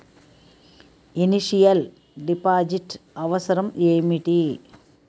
Initial deposit అవసరం ఏమిటి?